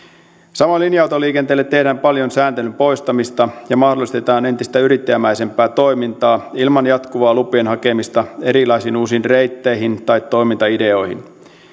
samoin linja autoliikenteelle tehdään paljon sääntelyn poistamista ja mahdollistetaan entistä yrittäjämäisempää toimintaa ilman jatkuvaa lupien hakemista erilaisiin uusiin reitteihin tai toimintaideoihin